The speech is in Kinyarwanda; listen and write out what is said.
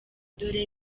dore